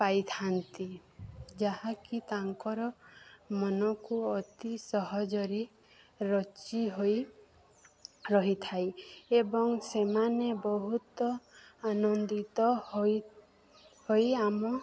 ପାଇଥାନ୍ତି ଯାହାକି ତାଙ୍କର ମନକୁ ଅତି ସହଜରେ ରଚି ହୋଇ ରହିଥାଏ ଏବଂ ସେମାନେ ବହୁତ ଆନନ୍ଦିତ ହୋଇ ହୋଇ ଆମ